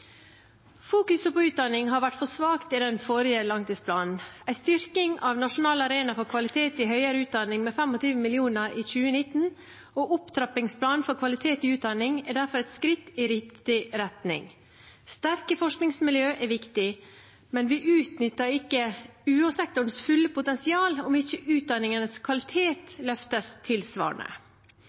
Fokuset på utdanning har vært for svakt i den forrige langtidsplanen. En styrking av nasjonal arena for kvalitet i høyere utdanning med 25 mill. kr i 2019 og opptrappingsplanen for kvalitet i utdanning er derfor et skritt i riktig retning. Sterke forskningsmiljø er viktig, men vi utnytter ikke UH-sektorens fulle potensial om ikke utdanningenes kvalitet løftes tilsvarende.